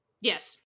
yes